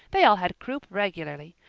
they all had croup regularly.